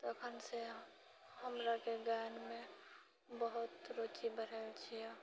तखनिसँ हमराके गायनमे बहुत रुचि बढ़ै छिऐ